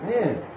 man